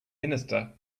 minister